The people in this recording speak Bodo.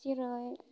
जेरै